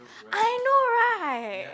I know right